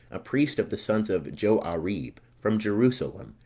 a priest of the sons of joarib, from jerusalem,